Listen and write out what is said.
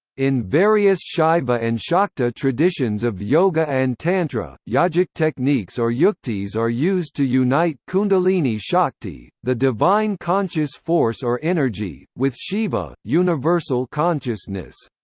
in various shaiva and shakta traditions of yoga and tantra, yogic techniques or yuktis are used to unite kundalini-shakti, the divine conscious force or energy, with shiva, universal consciousness.